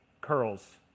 curls